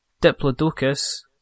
Diplodocus